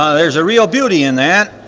ah there's a real beauty in that,